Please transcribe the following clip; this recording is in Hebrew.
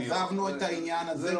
עזבנו את העניין הזה.